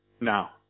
now